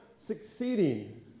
succeeding